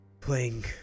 playing